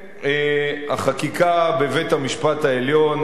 החקיקה לגבי בית-המשפט העליון,